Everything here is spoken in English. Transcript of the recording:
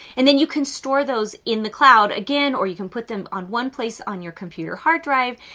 and then you can store those in the cloud again, or you can put them on one place on your computer, hard drive.